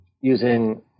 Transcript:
using